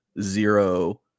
zero